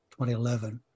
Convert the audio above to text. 2011